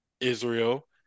Israel